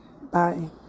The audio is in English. Bye